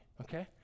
okay